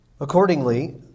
Accordingly